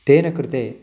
तेन कृते